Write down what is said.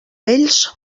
vells